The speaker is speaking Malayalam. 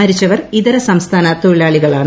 മരിച്ചവർ ഇതരസംസ്ഥാന തൊഴിലാളികളാണ്